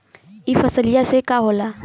ई फसलिया से का होला?